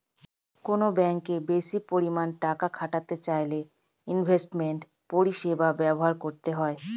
কোনো ব্যাঙ্কে বেশি পরিমাণে টাকা খাটাতে চাইলে ইনভেস্টমেন্ট পরিষেবা ব্যবহার করতে হবে